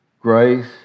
grace